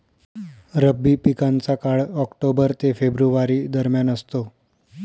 रब्बी पिकांचा काळ ऑक्टोबर ते फेब्रुवारी दरम्यान असतो